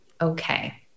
okay